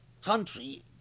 country